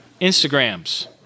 Instagrams